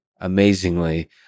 amazingly